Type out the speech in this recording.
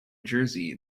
jersey